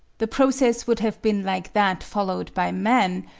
the process would have been like that followed by man,